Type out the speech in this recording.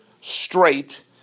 straight